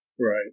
Right